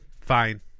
fine